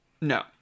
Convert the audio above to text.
No